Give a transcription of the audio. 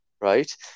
Right